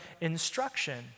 instruction